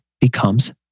becomes